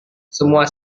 semua